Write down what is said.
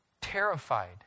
terrified